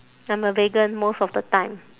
I'm a vegan most of the time